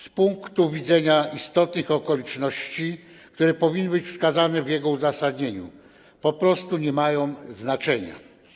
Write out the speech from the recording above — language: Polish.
Z punktu widzenia istotnych okoliczności, które powinny być wskazane w jego uzasadnieniu, po prostu nie mają one znaczenia.